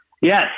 Yes